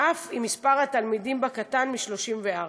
אף אם מספר התלמידים בה קטן מ-34.